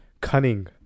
Cunning